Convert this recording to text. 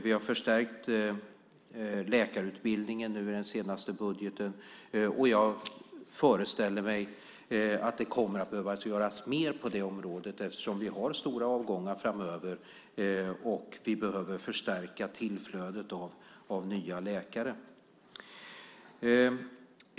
Vi har förstärkt läkarutbildningen i den senaste budgeten, och jag föreställer mig att det kommer att behöva göras mer på det området eftersom vi har stora avgångar framöver, och vi behöver förstärka tillflödet av nya läkare.